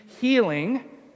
healing